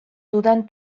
dudan